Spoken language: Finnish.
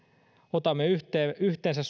otamme yhteensä